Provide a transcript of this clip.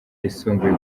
yisumbuye